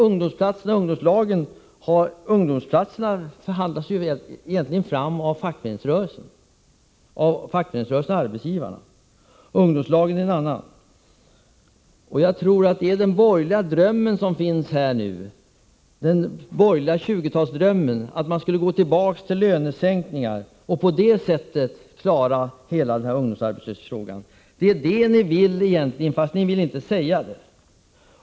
Ungdomsplatserna och ungdomslagen förhandlas faktiskt fram av fackföreningsrörelsen och arbetsgivarna. Jag tror att de borgerliga nu drömmer om 20-talet, dvs. att man skulle gå tillbaka till lönesänkningar och på det sättet klara hela ungdomsarbetslösheten. Det är vad ni egentligen vill, men ni vill inte säga det.